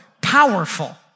powerful